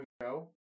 go